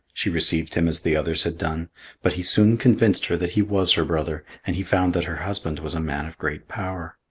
she received him as the others had done but he soon convinced her that he was her brother, and he found that her husband was a man of great power.